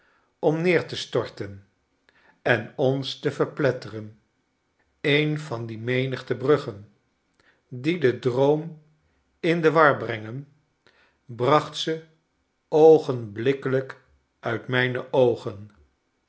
om neer te storten en ons te verpletteren een van die menigte bruggen die den droom in de war brengen bracht ze oogenblikkelijk uit mijne oogen